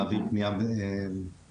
נעביר פנייה מוסמכת.